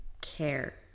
care